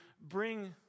bring